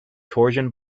torsion